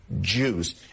jews